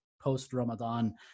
post-ramadan